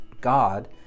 God